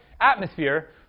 atmosphere